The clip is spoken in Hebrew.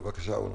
בבקשה, אורנה.